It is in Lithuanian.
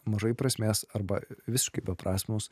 mažai prasmės arba visiškai beprasmius